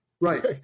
Right